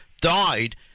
died